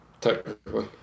Technically